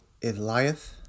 Eliath